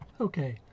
Okay